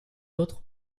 autre